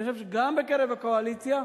אני חושב שגם בקרב הקואליציה,